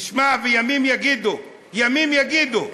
תשמע, וימים יגידו, ימים יגידו.